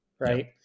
Right